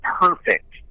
perfect